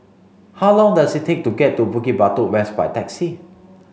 how long does it take to get to Bukit Batok West by taxi